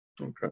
Okay